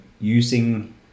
using